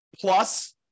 plus